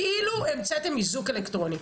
כאילו המצאתם איזוק אלקטרוני,